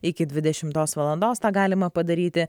iki dvidešimtos valandos tą galima padaryti